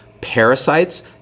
parasites